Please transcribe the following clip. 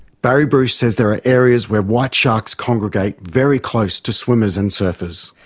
barry bruce says there are areas where white sharks congregate very close to swimmers and surfers.